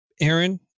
Aaron